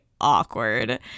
awkward